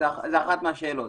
זו אחת מהשאלות,